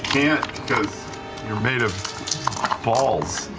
can't, because you're made of balls.